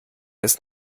ist